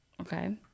Okay